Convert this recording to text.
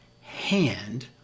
hand